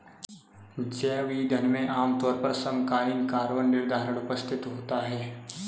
जैव ईंधन में आमतौर पर समकालीन कार्बन निर्धारण उपस्थित होता है